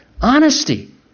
honesty